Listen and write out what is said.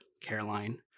Caroline